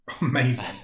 Amazing